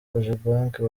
cogebanque